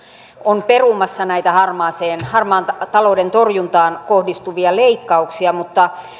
on perumassa näitä harmaan talouden torjuntaan kohdistuvia leikkauksia